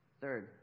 Third